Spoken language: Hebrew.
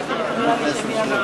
נגד, 55. ההסתייגות